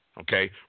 Okay